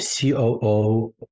COO